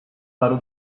paru